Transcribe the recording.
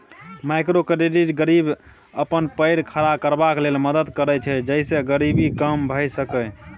micro credit गरीब सबके अपन पैर खड़ा करबाक लेल मदद करैत छै जइसे गरीबी कम भेय सकेए